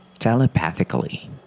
telepathically